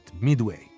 midway